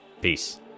Peace